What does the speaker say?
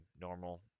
Normal